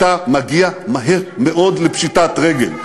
אתה מגיע מהר מאוד לפשיטת רגל.